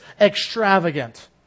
extravagant